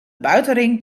buitenring